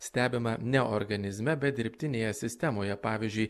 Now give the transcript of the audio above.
stebimą ne organizme bet dirbtinėje sistemoje pavyzdžiui